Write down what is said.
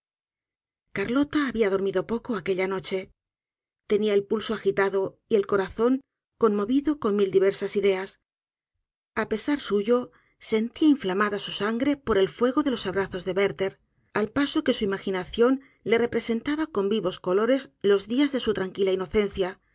carlota habia dormido poco aquella noche tenia el pulso agitado y el corazón conmovido con mil diversas ideas a pesar suyo sentía inflamada su sangre por el fuego de los abrazos de werther al paso que su imaginación le representaba con vivos colores los dias de su tranquila inocencia